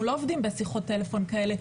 אנחנו לא עובדים בשיחות טלפון כאלה,